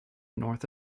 north